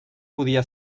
podia